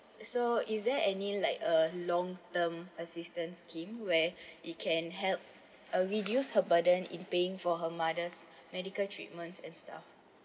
so is there any like uh long term assistance scheme where it can help uh reduce her burden in paying for her mother's medical treatment and stuff